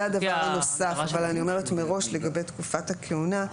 זה הדבר הנוסף אבל אני אומרת מראש לגבי תקופת הכהונה.